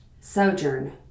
Sojourn